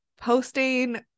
posting